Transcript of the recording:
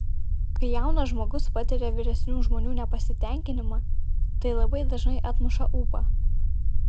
kai jaunas žmogus patiria vyresnių žmonių nepasitenkinimą tai labai dažnai atmuša ūpą